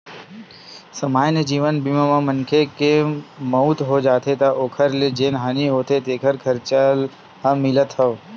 समान्य जीवन बीमा म मनखे के मउत हो जाथे त ओखर ले जेन हानि होथे तेखर खरचा ह मिलथ हव